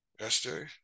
SJ